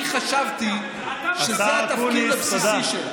אני חשבתי שזה התפקיד הבסיסי שלה.